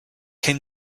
came